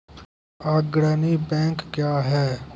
अग्रणी बैंक क्या हैं?